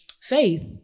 faith